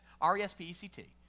R-E-S-P-E-C-T